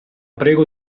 prego